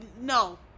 no